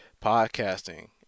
podcasting